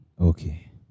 okay